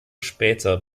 später